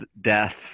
death